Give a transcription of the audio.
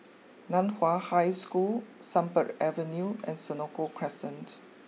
Nan Hua High School Sunbird Avenue and Senoko Crescent